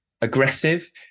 aggressive